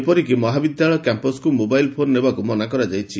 ଏପରିକି ମହାବିଦ୍ୟାଳୟ କ୍ୟାମ୍ପସ୍କୁ ମୋବାଇଲ୍ ଫୋନ୍ ନେବାକୁ ମନା କରାଯାଇଛି